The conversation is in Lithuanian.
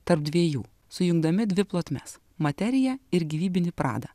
tarp dviejų sujungdami dvi plotmes materiją ir gyvybinį pradą